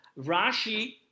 Rashi